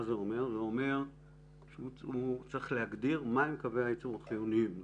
זה אומר שהוא צריך להגדיר מהם קווי הייצור החיוניים לו.